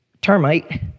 termite